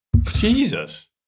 Jesus